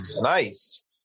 Nice